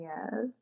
Yes